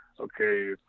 okay